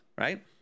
Right